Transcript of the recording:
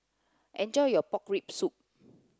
enjoy your pork rib soup